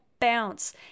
bounce